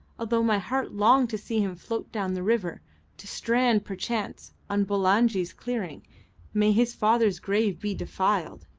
although my heart longed to see him float down the river to strand perchance on bulangi's clearing may his father's grave be defiled!